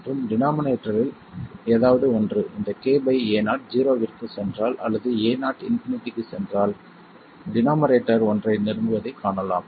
மற்றும் டினோமரேட்டரில் ஏதாவது ஒன்று இந்த k Ao ஜீரோவிற்குச் சென்றால் அல்லது Ao இன்பினிட்டிக்கு சென்றால் டினோமரேட்டர் ஒன்றை நெருங்குவதைக் காணலாம்